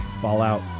Fallout